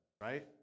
Right